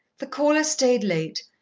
the caller stayed late,